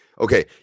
okay